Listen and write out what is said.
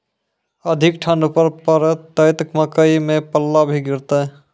अधिक ठंड पर पड़तैत मकई मां पल्ला भी गिरते?